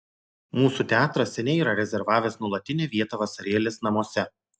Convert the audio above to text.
mūsų teatras seniai yra rezervavęs nuolatinę vietą vasarėlės namuose